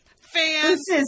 fans